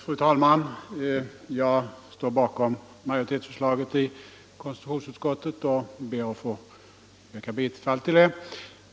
Fru talman! Jag står bakom majoritetsförslaget i konstitutionsutskottet och ber att få yrka bifall till det.